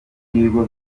n’ibigo